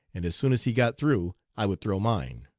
and as soon as he got through i would throw mine.